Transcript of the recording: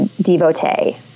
devotee